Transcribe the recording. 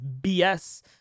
BS